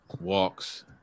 walks